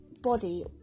body